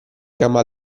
gamba